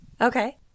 Okay